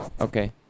okay